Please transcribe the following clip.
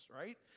right